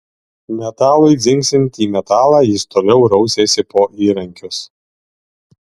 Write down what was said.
metalui dzingsint į metalą jis toliau rausėsi po įrankius